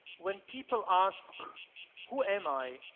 when people ask who am i?